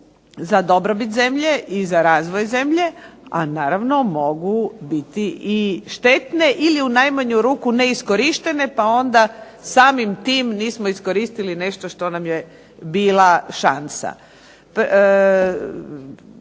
za dobrobit zemlje i za razvoj zemlje, a naravno mogu biti i štetne ili u najmanju ruku neiskorištene pa onda samim tim nismo iskoristili nešto što nam je bila šansa.